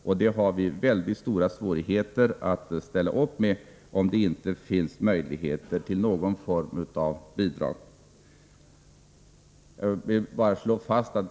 En sådan har vi stora svårigheter att åstadkomma, om vi inte ger områdena möjligheter till någon form av bidrag.